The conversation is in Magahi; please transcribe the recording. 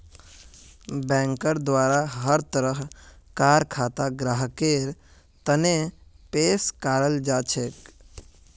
बैंकेर द्वारा हर तरह कार खाता ग्राहकेर तने पेश कराल जाछेक